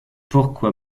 pourquoi